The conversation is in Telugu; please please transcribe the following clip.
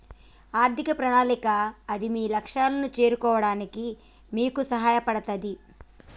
ఆర్థిక ప్రణాళిక అది మీ లక్ష్యాలను చేరుకోవడానికి మీకు సహాయపడతది